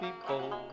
people